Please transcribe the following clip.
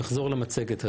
נחזור למצגת הזאת.